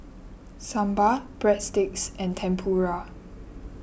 Sambar Breadsticks and Tempura